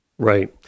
right